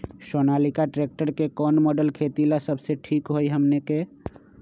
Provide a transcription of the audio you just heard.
Sonalika tractor के कौन model खेती ला सबसे ठीक होई हमने की?